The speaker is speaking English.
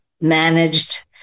managed